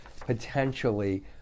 potentially